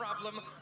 problem